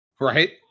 Right